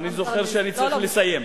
אני זוכר שאני צריך לסיים,